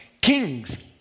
kings